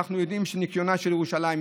אנחנו יודעים שניקיונה של ירושלים,